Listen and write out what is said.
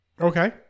Okay